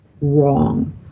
wrong